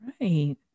right